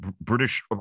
British